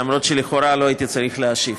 למרות שלכאורה לא הייתי צריך להשיב.